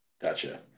gotcha